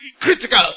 critical